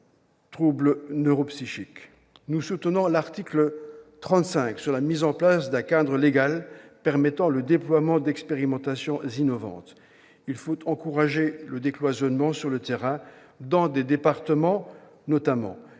troubles neuropsychiques. Nous soutenons l'article 35 sur la mise en place d'un cadre légal permettant le déploiement d'expérimentations innovantes. Il faut encourager le décloisonnement sur le terrain, dans les départements notamment.